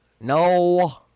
No